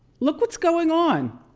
look what's going on!